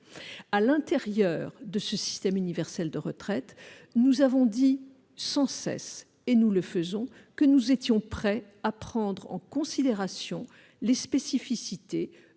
le cadre de ce système universel de retraite, nous avons dit sans cesse que nous étions prêts à prendre en considération les spécificités